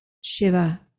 Shiva